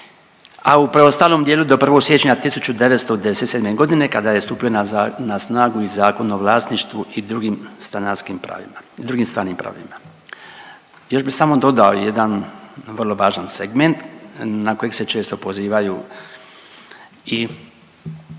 a u preostalom dijelu do 1. siječnja 1997. godine kada je stupio na snagu i Zakon o vlasništvu i drugim stanarskim pravima, drugim stvarnim pravima. Još bih samo dodao jedan vrlo važan segment na kojeg se često pozivaju i